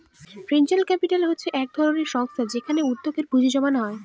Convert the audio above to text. venture capital হচ্ছে এক ধরনের সংস্থা যেখানে উদ্যোগে পুঁজি জমানো হয়